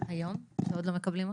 היום שעוד לא מקבלים אותו?